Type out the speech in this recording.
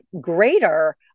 greater